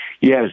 Yes